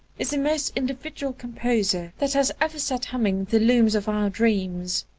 is the most individual composer that has ever set humming the looms of our dreams.